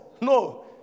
No